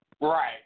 Right